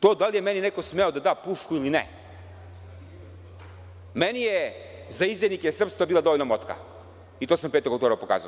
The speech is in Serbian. To da li je meni neko smeo da da pušku ili ne, meni je za izdajnike srpstva bila dovoljna motka i to sam 5. oktobra pokazao.